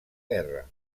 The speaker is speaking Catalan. guerra